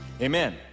Amen